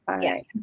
Yes